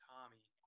Tommy